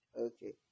Okay